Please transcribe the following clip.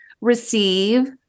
receive